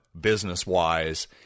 business-wise